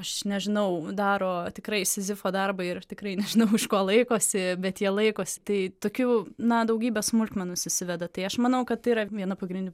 aš nežinau daro tikrai sizifo darbą ir tikrai nežinau iš ko laikosi bet jie laikosi tai tokių na daugybė smulkmenų susiveda tai aš manau kad tai yra viena pagrindinių